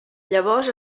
llavors